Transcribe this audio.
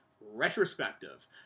retrospective